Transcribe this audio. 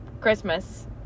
Christmas